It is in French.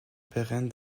pérenne